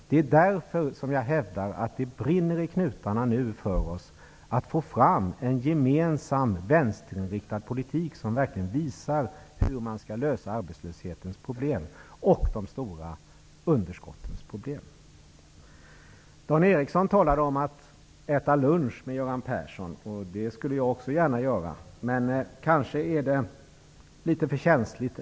Det är därför som jag hävdar att det nu brinner i knutarna för oss när det gäller att få fram en gemensam vänsterinriktad politik, som verkligen visar hur man skall lösa arbetslöshetens och de stora underskottens problem. Dan Eriksson i Stockholm talade om att äta lunch med Göran Persson, och det skulle också jag gärna göra, men kanske är det ännu litet för känsligt.